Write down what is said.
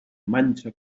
manxa